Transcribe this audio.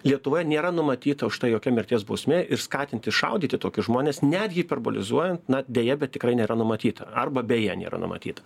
lietuvoje nėra numatyta už tai jokia mirties bausmė ir skatinti šaudyti tokius žmones netgi hiperbolizuojant na deja bet tikrai nėra numatyta arba beje nėra numatyti